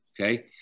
Okay